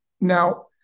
Now